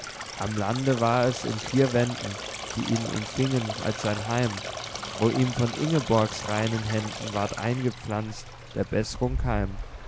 am lande war es in vier wänden die ihn umfingen als sein heim wo ihm von ingborgs reinen händen ward eingepflanzt der bess'rung keim